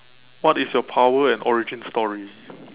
what is your power and origin story